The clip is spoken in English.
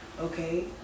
okay